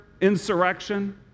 insurrection